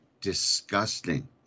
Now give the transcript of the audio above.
disgusting